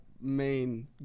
main